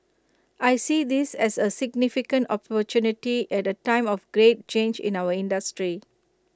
I see this as A significant opportunity at A time of great change in our industry